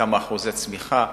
כמה אחוזי צמיחה,